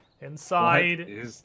Inside